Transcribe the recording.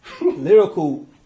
Lyrical